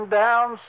down